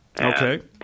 Okay